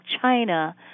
China